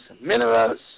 minerals